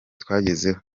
twagezeho